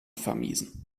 vermiesen